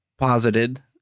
posited